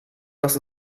das